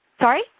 Sorry